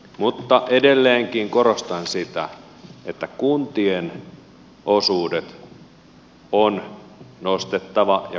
mutta edelleenkin korostan sitä että kuntien osuuksia on nostettava ja korjattava